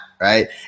Right